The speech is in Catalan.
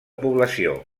població